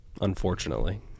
unfortunately